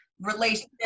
relationship